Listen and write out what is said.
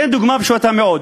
אתן דוגמה פשוטה מאוד.